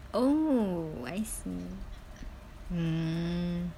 oh I see mm